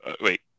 wait